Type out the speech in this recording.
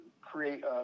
create